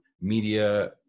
media